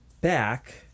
back